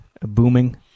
booming